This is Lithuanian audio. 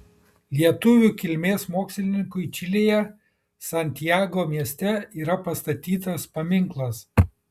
lietuvių kilmės mokslininkui čilėje santjago mieste yra pastatytas paminklas